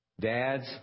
Dads